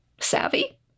savvy